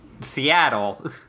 Seattle